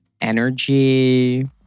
energy